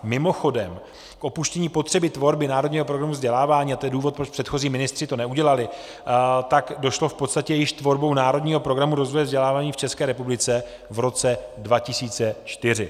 Mimochodem, k opuštění potřeby tvorby Národního programu vzdělávání a to je důvod, proč to předchozí ministři neudělali došlo v podstatě již tvorbou Národního programu rozvoje vzdělávání v České republice v roce 2004.